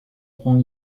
prend